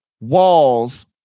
walls